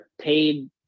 paid